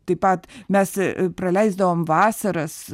taip pat mes praleisdavom vasaras